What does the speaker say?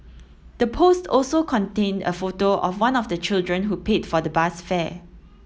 the post also contained a photo of one of the children who paid for the bus fare